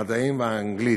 המדעים והאנגלית,